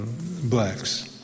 blacks